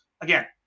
again